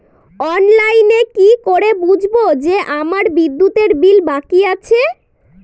অনলাইনে কি করে বুঝবো যে আমার বিদ্যুতের বিল বাকি আছে?